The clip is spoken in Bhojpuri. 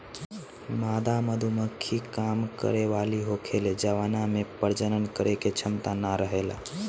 मादा मधुमक्खी काम करे वाली होखेले जवना में प्रजनन करे के क्षमता ना रहेला